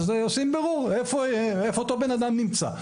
עושים בירור איפה אותו בן אדם נמצא.